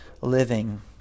living